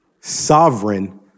sovereign